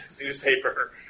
newspaper